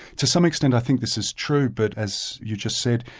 to some extent i think this is true, but as you just said,